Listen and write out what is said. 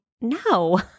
no